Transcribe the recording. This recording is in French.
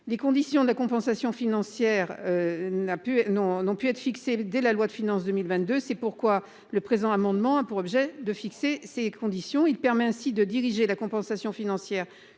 Les conditions de la compensation financière. N'a pu nous n'ont pu être fixé dès la loi de finances 2022. C'est pourquoi le présent amendement a pour objet de fixer ses conditions. Il permet ainsi de diriger la compensation financière